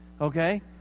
Okay